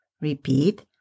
repeat